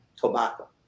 tobacco